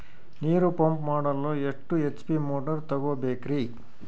ನೀರು ಪಂಪ್ ಮಾಡಲು ಎಷ್ಟು ಎಚ್.ಪಿ ಮೋಟಾರ್ ತಗೊಬೇಕ್ರಿ?